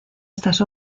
estas